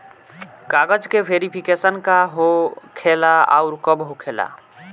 कागज के वेरिफिकेशन का हो खेला आउर कब होखेला?